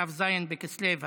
כ"ז בכסלו התשפ"ב,